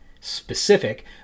specific